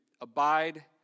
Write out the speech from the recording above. Abide